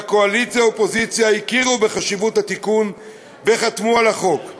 מהקואליציה ומהאופוזיציה הכירו בחשיבות התיקון וחתמו על החוק.